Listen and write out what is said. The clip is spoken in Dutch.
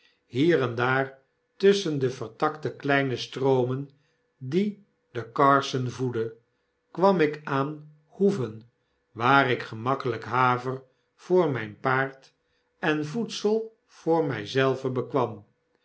hier en daar tusschen de vertakte kleine stroomen die den c a r s o n voeden kwam ik aan hoeven waar ik gemakkelyk haver voor mijn paard en voedsel voor mij zelven bekwam